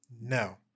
No